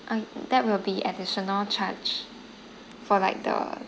I mean that will be additional charge for like the